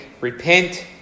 Repent